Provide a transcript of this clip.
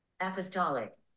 Apostolic